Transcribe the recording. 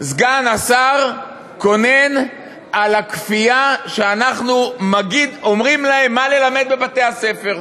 סגן השר קונן על הכפייה שאנחנו אומרים להם מה ללמד בבתי-הספר.